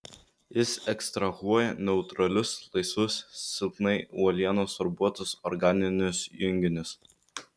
jis ekstrahuoja neutralius laisvus silpnai uolienos sorbuotus organinius junginius